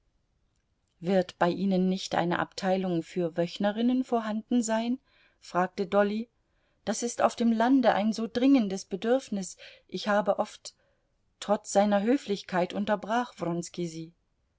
wird bei ihnen nicht eine abteilung für wöchnerinnen vorhanden sein fragte dolly das ist auf dem lande ein so dringendes bedürfnis ich habe oft trotz seiner höflichkeit unterbrach